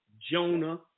Jonah